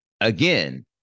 Again